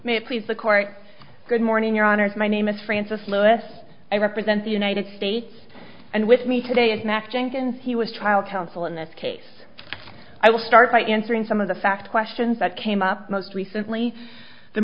it please the court good morning your honor my name is francis lewis i represent the united states and with me today is max jenkins he was trial counsel in this case i will start by answering some of the fact questions that came up most recently the